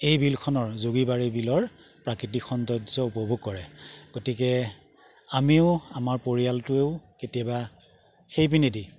এই বিলখনৰ যোগীবাৰী বিলৰ প্ৰাকৃতিক সৌন্দৰ্য উপভোগ কৰে গতিকে আমিও আমাৰ পৰিয়ালটোৱেও কেতিয়াবা সেইপিনেদি